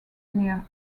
near